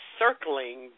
circling